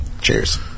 Cheers